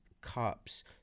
cups